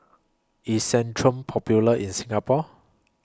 IS Centrum Popular in Singapore